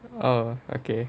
oh okay